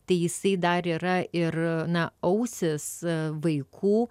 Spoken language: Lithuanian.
tai jisai dar yra ir na ausys vaikų